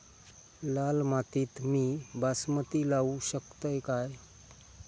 लाल मातीत मी बासमती लावू शकतय काय?